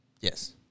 Yes